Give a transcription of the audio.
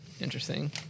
Interesting